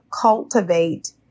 cultivate